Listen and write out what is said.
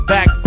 Back